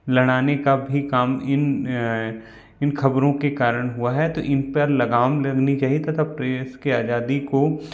लड़ाने का भी काम इन इन ख़बरों के कारण हुआ है तो इन पर लगाम लगनी चाहिए तथा प्रेस की आज़ादी को